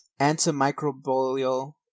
antimicrobial